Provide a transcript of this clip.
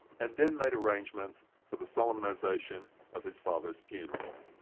and then made arrangements for the solemnization of his father's funeral.